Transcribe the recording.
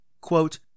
quote